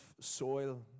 soil